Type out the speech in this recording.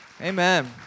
Amen